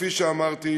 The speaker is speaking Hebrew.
כפי שאמרתי,